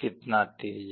कितना तेज़ है